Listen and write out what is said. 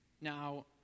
now